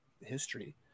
history